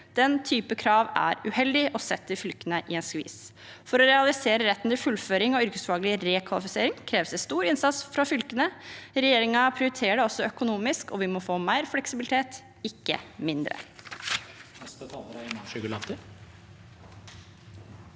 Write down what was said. Den type krav er uheldig og setter fylkene i en skvis. For å realisere retten til fullføring av yrkesfaglig rekvalifisiering kreves det stor innsats fra fylkene. Regjeringen prioriterer det økonomisk. Vi må få mer fleksibilitet, ikke mindre.